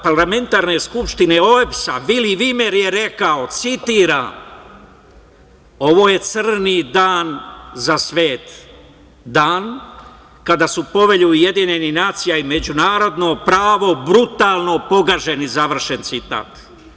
Parlamentarne skupštine OEPS Bili Vimer je rekao, citiram - ovo je crni dan za svet, dan kada su Povelja UN i međunarodno pravo brutalno pogaženi, završen citat.